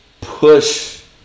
push